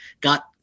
got